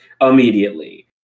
immediately